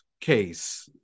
case